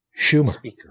Schumer